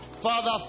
father